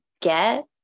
get